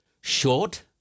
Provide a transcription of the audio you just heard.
Short